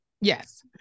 Yes